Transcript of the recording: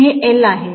हे L आहे